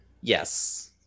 Yes